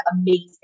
amazing